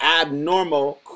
abnormal